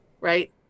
Right